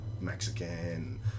mexican